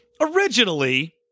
originally